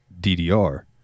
DDR